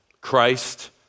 Christ